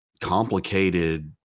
complicated